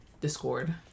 discord